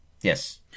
Yes